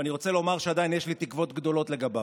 ואני רוצה לומר שעדיין יש לי תקוות גדולות לגביו.